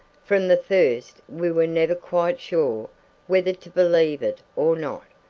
from the first we were never quite sure whether to believe it or not.